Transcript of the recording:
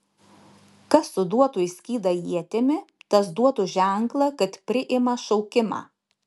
kas suduotų į skydą ietimi tas duotų ženklą kad priima šaukimą